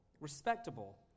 respectable